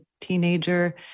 teenager